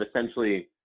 essentially